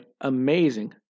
amazing